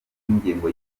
w’ingengo